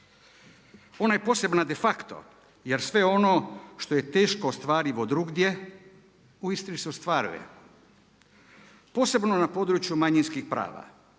Ona je posebna de facto jer sve ono što je teško ostvarivo drugdje u Istri se ostvaruje posebno na području manjinskih prava